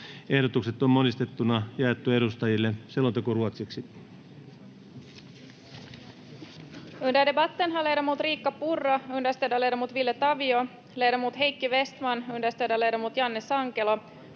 Ehdotukset on monistettuna jaettu edustajille. (Pöytäkirjan